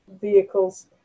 vehicles